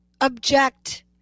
object